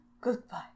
Goodbye